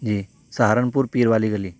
جی سہارنپور پیر والی گلی